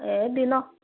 ଏ ଦିନ